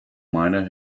miner